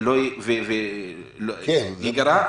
ולא יגרע.